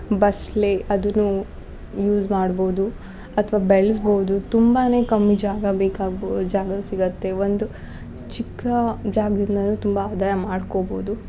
ಬಸ್ಲೆ ಅದುನು ಯೂಸ್ ಮಾಡ್ಬೋದು ಅಥ್ವ ಬೆಳ್ಸ್ಬೋದು ತುಂಬಾನೇ ಕಮ್ಮಿ ಜಾಗ ಬೇಕಾಗ್ಬೋ ಜಾಗ ಸಿಗತ್ತೆ ಒಂದು ಚಿಕ್ಕ ಜಾಗ್ದಿಂದಾನು ತುಂಬಾ ಆದಾಯ ಮಾಡ್ಕೊಬೋದು